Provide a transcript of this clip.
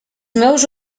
meus